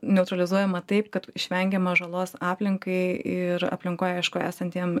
neutralizuojama taip kad išvengiama žalos aplinkai ir aplinkoj aišku esantiem